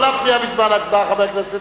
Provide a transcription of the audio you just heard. לא להפריע בזמן הצבעה.